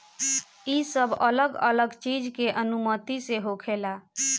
ई सब अलग अलग चीज के अनुमति से होखेला